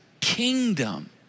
kingdom